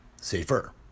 safer